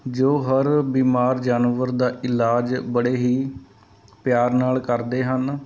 ਜੋ ਹਰ ਬਿਮਾਰ ਜਾਨਵਰ ਦਾ ਇਲਾਜ ਬੜੇ ਹੀ ਪਿਆਰ ਨਾਲ਼ ਕਰਦੇ ਹਨ